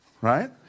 Right